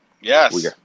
Yes